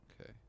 Okay